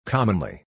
Commonly